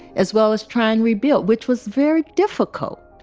as well as try and rebuild, which was very difficult.